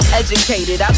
educated